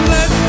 Let